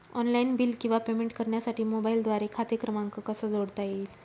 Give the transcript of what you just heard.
Online bill किंवा payment करण्यासाठी मोबाईलद्वारे खाते क्रमांक कसा जोडता येईल?